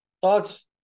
Thoughts